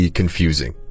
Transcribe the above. confusing